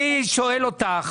אני שואל אותך